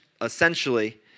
essentially